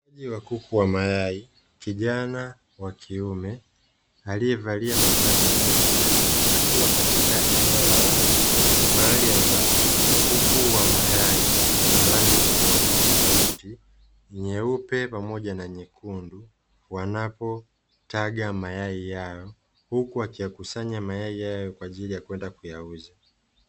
kuku wa mayai Kijana wa kiume aliyevalia mavazi nadhifu sana, akiwa katika eneo la wazi mahali, ambapo huku wa mayai wa rangi tofauti tofauti nyeupe pamoja na nyekundu wanapotaga mayai yao huku akiyakusanya mayai hayo kwa ajili ya kwenda kuyauza.